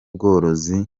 bworozi